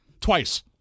Twice